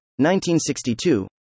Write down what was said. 1962